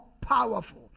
powerful